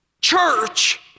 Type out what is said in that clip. church